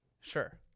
Sure